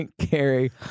Carrie